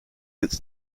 its